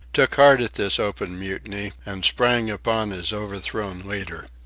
took heart at this open mutiny, and sprang upon his overthrown leader.